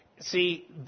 see